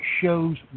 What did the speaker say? shows